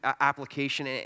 application